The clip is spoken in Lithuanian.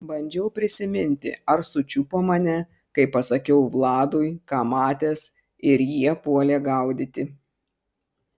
bandžiau prisiminti ar sučiupo mane kai pasakiau vladui ką matęs ir jie puolė gaudyti